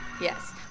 Yes